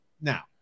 Now